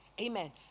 Amen